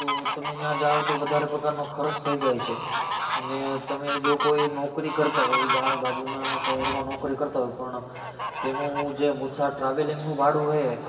તો તમે ત્યાં જાવ તો વધારે પ્રકારનો ખર્ચ થઈ જાય છે અને તમે જો કોઈ નોકરી કરતાં હોય બાજુનાં શહેરમાં નોકરી કરતાં હોય પણ તેનું જે ટ્રાવેલિંગનું ભાડું છે